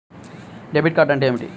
Debit card అంటే ఏమిటి?